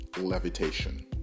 levitation